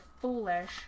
foolish